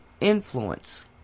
influence